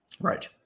right